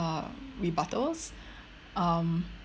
uh rebuttals um